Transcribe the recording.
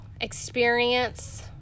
experience